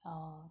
ah